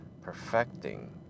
perfecting